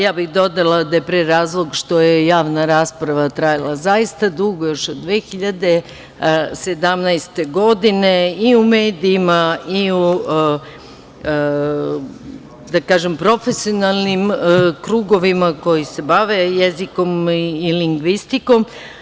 Ja bih dodala da je pre razlog što je javna rasprava trajala zaista dugo, još od 2017. godine i u medijima i, da kažem, profesionalnim krugovima koji se bave jezikom i lingvistikom.